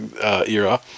era